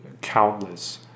countless